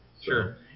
Sure